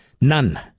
None